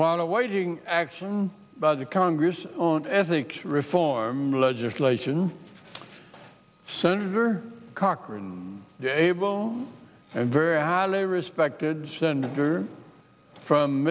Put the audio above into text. while awaiting action by the congress on ethics reform legislation senator cochran the able and very highly respected senator from